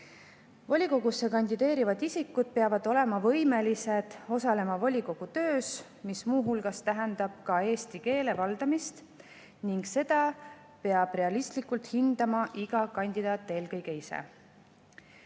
Volikogusse kandideerivad isikud peavad olema võimelised osalema volikogu töös, mis muu hulgas tähendab ka eesti keele valdamist, ning seda peab realistlikult hindama eelkõige iga